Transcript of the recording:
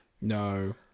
No